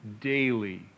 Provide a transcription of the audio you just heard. daily